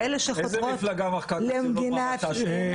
איזו מפלגה מחקה את הציונות מהמצע שלה?